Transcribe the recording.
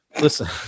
listen